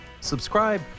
Subscribe